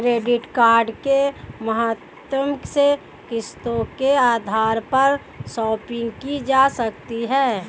credit card के माध्यम से किस्तों के आधार पर शापिंग की जा सकती है